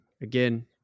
again